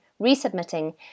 resubmitting